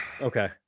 okay